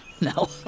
No